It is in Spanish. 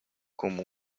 como